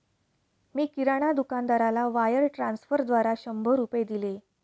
मी किराणा दुकानदाराला वायर ट्रान्स्फरद्वारा शंभर रुपये दिले